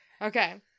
Okay